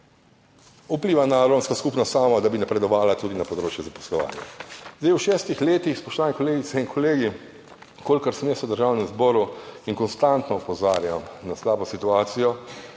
vpliva na romsko skupnost samo, da bi napredovala tudi na področju zaposlovanja. V šestih letih, spoštovane kolegice in kolegi, kolikor sem jaz v Državnem zboru in konstantno opozarjam na slabo situacijo,